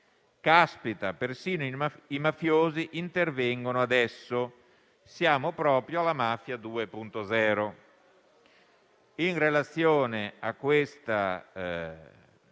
«Caspita! Persino i mafiosi intervengono adesso! Siamo proprio alla mafia 2.0». In relazione a questa